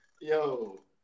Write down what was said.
Yo